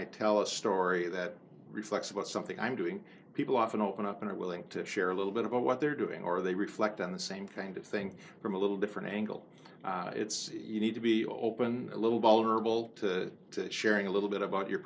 i tell a story that reflects about something i'm doing people often open up and are willing to share a little bit about what they're doing or they reflect on the same kind of thing from a little different angle it's you need to be open a little ball are able to sharing a little bit about your